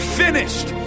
finished